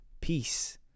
peace